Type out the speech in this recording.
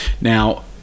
Now